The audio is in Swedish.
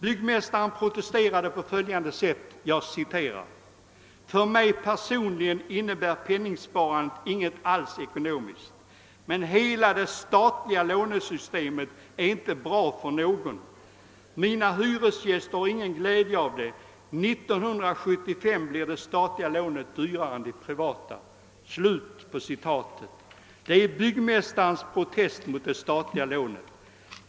Byggmästaren protesterade på följande sätt: »För mig personligen innebär penningsparandet ingenting alls ekonomiskt, men hela det statliga lånesystemet är inte bra för någon. Mina hyresgäster har ingen glädje av det. 1975 blir de statliga lånen dyrare än de privata.» Det är byggmästarens protest mot det statliga lånet.